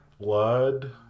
blood